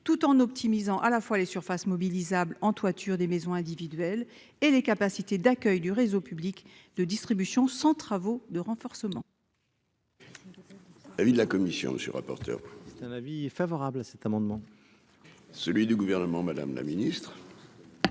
tout en optimisant à la fois les surfaces mobilisables en toitures des maisons individuelles et les capacités d'accueil du réseau public de distribution sans travaux de renforcement.